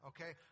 Okay